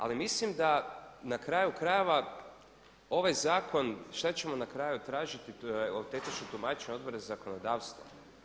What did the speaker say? Ali mislim da na kraju krajeva ovaj zakon, šta ćemo na kraju tražiti, tu je autentično tumačenje Odbora za zakonodavstvo.